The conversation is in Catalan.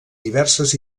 diverses